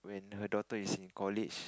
when her daughter is in college